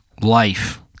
life